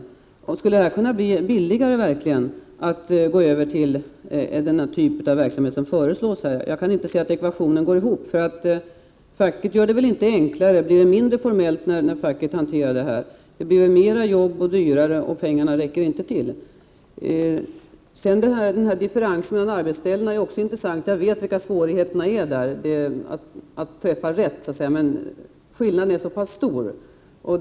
Skall det verkligen bli billigare att gå över till den typ av verksamhet som föreslås här? Jag kan inte se att ekvationen går ihop. Facket gör det väl inte enklare. Blir det mindre formellt när facket hanterar detta? Det blir mera jobb och dyrare, och pengarna räcker inte till. Differensen mellan arbetsställena är också intressant. Jag vet vilka svårigheterna är att träffa rätt. Men skillnaden är stor.